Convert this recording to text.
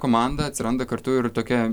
komanda atsiranda kartu ir tokia